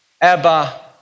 Abba